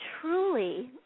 truly